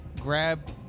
grab